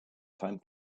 time